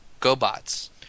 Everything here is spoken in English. GoBots